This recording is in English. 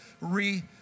re